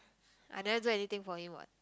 I never do anything for him what